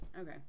okay